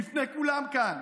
בפני כולם כאן.